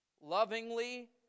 Lovingly